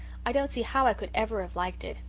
i don't see how i could ever have liked it.